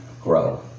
grow